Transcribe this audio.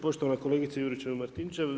Poštovana kolegice Juričev-Martinčev.